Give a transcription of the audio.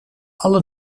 alle